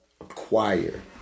acquire